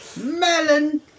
Melon